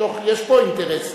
יש פה אינטרסים.